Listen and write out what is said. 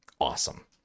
Awesome